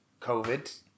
COVID